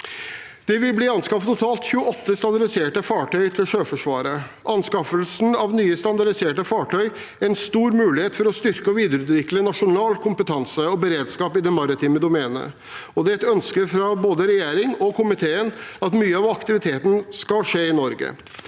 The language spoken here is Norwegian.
Det vil bli anskaffet totalt 28 standardiserte fartøyer til Sjøforsvaret. Anskaffelsen av nye standardiserte fartøyer er en stor mulighet til å styrke og videreutvikle nasjonal kompetanse og beredskap i det maritime domenet. Det er et ønske fra både regjeringen og komiteen at mye av aktiviteten skal skje i Norge.